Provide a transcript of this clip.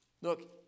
...look